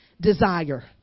Desire